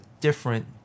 different